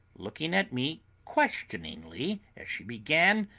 looking at me questioningly as she began,